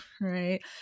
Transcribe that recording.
right